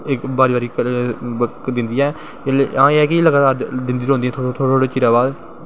बारी बारी कदैं कदैं दिंदियां जिसले लगातार थोह्ड़े थोह्ड़े दिंदियां रौंह्दियां